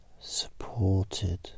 supported